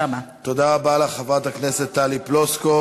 תודה רבה לך, חברת הכנסת טלי פלוסקוב.